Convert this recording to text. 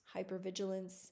hypervigilance